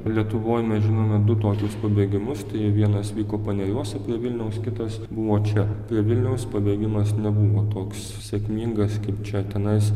lietuvoj mes žinome du tokius pabėgimus tai vienas vyko paneriuose prie vilniaus kitas buvo čia prie vilniaus pabėgimas nebuvo toks sėkmingas kaip čia tenais